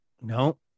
no